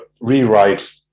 rewrite